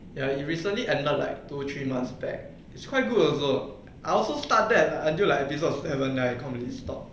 ya it recently ended like two three months back it's quite good also err I also start that like episode seven right and completely stop